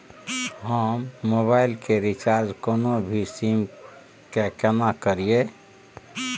हम मोबाइल के रिचार्ज कोनो भी सीम के केना करिए?